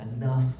enough